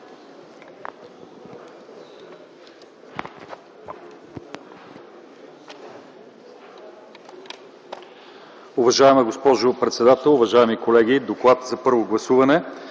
Уважаема госпожо председател, уважаеми колеги! „ДОКЛАД за първо гласуване